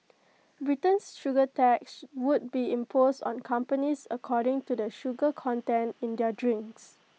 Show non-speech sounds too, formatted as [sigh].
Britain's sugar tax [noise] would be imposed on companies according to the sugar content in their drinks